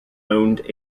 owned